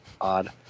odd